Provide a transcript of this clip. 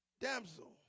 damsel